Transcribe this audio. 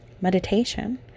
Meditation